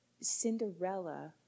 Cinderella